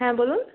হ্যাঁ বলুন